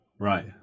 right